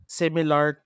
similar